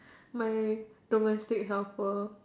my domestic helper